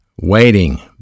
Waiting